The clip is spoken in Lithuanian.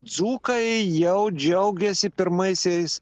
dzūkai jau džiaugėsi pirmaisiais